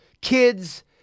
kids